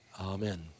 Amen